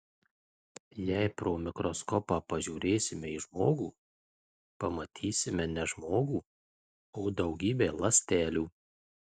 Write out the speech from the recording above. jei pro mikroskopą pažiūrėsime į žmogų pamatysime ne žmogų o daugybę ląstelių